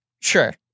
sure